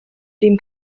dem